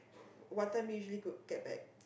what time you usually go get back